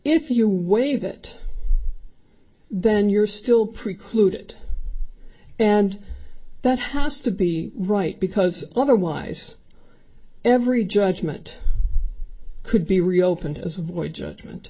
if you waive that then you're still precluded and that has to be right because otherwise every judgment could be reopened as void judgment